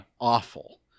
awful